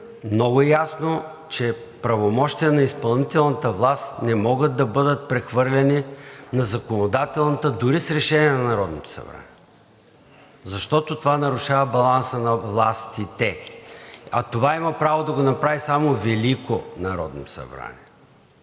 много ясно, че правомощия на изпълнителната власт не могат да бъдат прехвърляни на законодателната, дори с решение на Народното събрание, защото това нарушава баланса на властите, а това има право да го направи само Велико народно събрание.